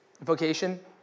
vocation